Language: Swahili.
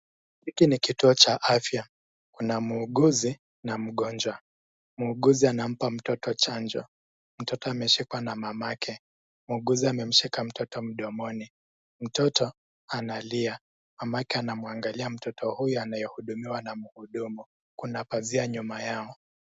Hiki ni kituo cha afya. Kuna muuguzi na mgonjwa. Muunguzi anampa mtoto chanjo. Mtoto ameshikwa na mamake. Muuguzi amemshika mtoto mdomoni. Mtoto analia. Mamake anamwangalia mtoto huyu anayehudumiwa na muhudumu. Kuna pazia nyuma yao.